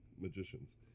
magicians